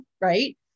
right